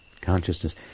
consciousness